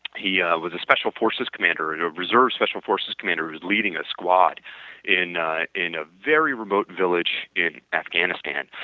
he ah was a special forces commander, a reserved special forces commander who is leading a squad in a in a very remote village in afghanistan.